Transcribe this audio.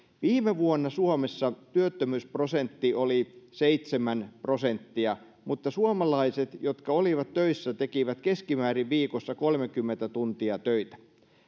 viime vuonna suomessa työttömyysprosentti oli seitsemän prosenttia ja suomalaiset jotka olivat töissä tekivät keskimäärin viikossa kolmekymmentä tuntia töitä